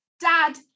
Dad